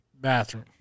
bathroom